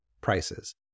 prices